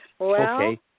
Okay